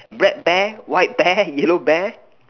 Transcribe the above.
black bear white bear yellow bear